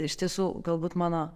iš tiesų galbūt mano